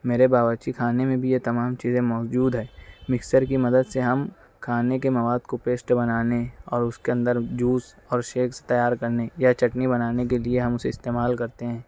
میرے باورچی خانے میں بھی یہ تمام چیزیں موجود ہیں مکسر کی مدد سے ہم کھانے کے مواد کو پیسٹ بنانے اور اُس کے اندر جوس اور شیکس تیار کرنے یا چٹنی بنانے کے لیے ہم اُسے استعمال کرتے ہیں